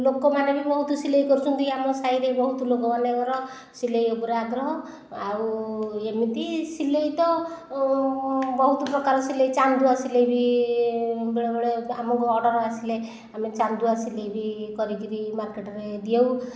ଲୋକମାନେ ବି ବହୁତ ସିଲେଇ କରୁଛନ୍ତି ଆମ ସାହିରେ ବହୁତ ଲୋକମାନଙ୍କର ସିଲେଇ ଉପରେ ଆଗ୍ରହ ଆଉ ଏମିତି ସିଲେଇ ତ ବହୁତ ପ୍ରକାର ସିଲେଇ ଚାନ୍ଦୁଆ ସିଲେଇ ବି ବେଳେବେଳେ ଆମକୁ ଅର୍ଡ଼ର୍ ଆସିଲେ ଆମେ ଚାନ୍ଦୁଆ ସିଲେଇ ବି କରି କରି ମାର୍କେଟରେ ଦେଉ